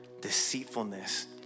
deceitfulness